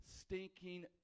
stinking